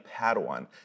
Padawan